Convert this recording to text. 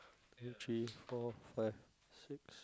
two three four five six